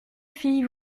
fille